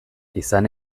izan